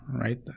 right